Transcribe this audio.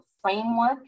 framework